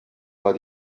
war